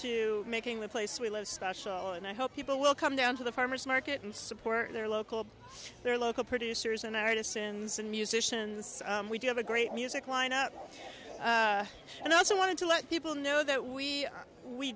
too making the place we live special and i hope people will come down to the farmers market and support their local their local producers and artisans and musicians we do have a great music line up and also want to let people know that we we